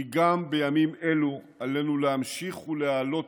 כי גם בימים אלו עלינו להמשיך ולהעלות